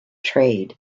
trade